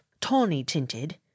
tawny-tinted